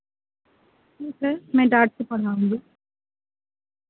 ठीक है मैं डाँट कर पढ़ाऊँगी